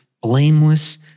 blameless